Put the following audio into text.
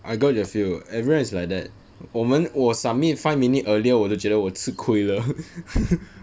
I got your feel everyone is like that 我们我 submit five minute earlier 我都觉得我吃亏了